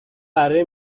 بره